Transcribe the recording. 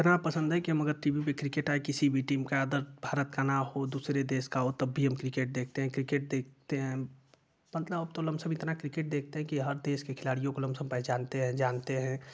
इतना पसंद है कि हम अगर टी वी पर क्रिकेट आये किसी भी टीम का अदर भारत का न हो दूसरे देश का हो तब भी हम क्रिकेट देखते हैं क्रिकेट देखते हैं मतलब अब तो लमसम अब तो इतना क्रिकेट देखते हैं कि हर देश के खिलाड़ियों को लमसम पहचानते हैं जानते हैं